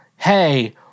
Hey